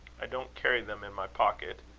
i don't carry them in my pocket.